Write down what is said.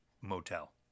motel